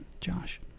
Josh